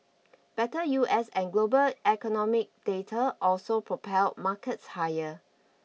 better U S and global economic data also propelled markets higher